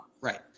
right